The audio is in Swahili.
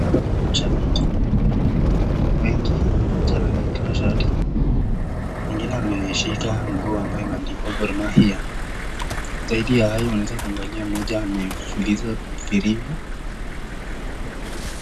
Hapa kuna mashabiki wengi, mmoja ametoa shati, mwingine ameshika nguo ambayo imeandikwa gor mahia, zaidi ya hayo, unaweza kunagalia mmoja amepuliza firimbi.